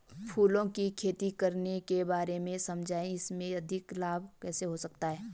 फूलों की खेती करने के बारे में समझाइये इसमें अधिक लाभ कैसे हो सकता है?